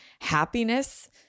happiness